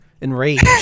enraged